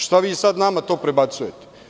Šta vi sada nama to prebacujete?